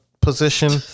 position